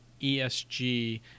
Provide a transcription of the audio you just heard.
ESG